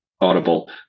audible